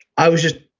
i was just,